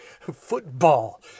football